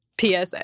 PSA